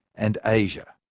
and asia.